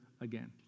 again